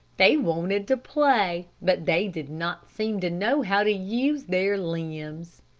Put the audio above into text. they wanted to play, but they did not seem to know how to use their limbs.